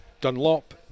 Dunlop